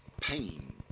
pain